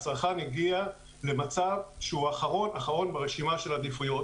הצרכן הגיע למצב שהוא האחרון אחרון ברשימת העדיפויות.